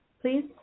please